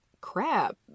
crap